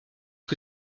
que